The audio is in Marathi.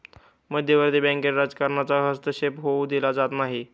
मध्यवर्ती बँकेत राजकारणाचा हस्तक्षेप होऊ दिला जात नाही